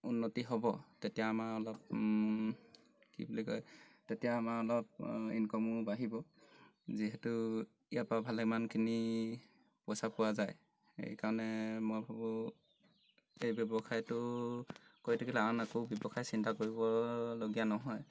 উন্নতি হ'ব তেতিয়া আমাৰ অলপ কি বুলি কয় তেতিয়া আমাৰ অলপ ইনকামো বাঢ়িব যিহেতু ইয়াৰপৰা ভালেমানখিনি পইচা পোৱা যায় সেইকাৰণে মই ভাবোঁ এই ব্যৱসায়টো কৰি থাকিলে আন আকৌ ব্যৱসায় চিন্তা কৰিবলগীয়া নহয়